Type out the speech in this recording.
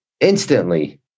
instantly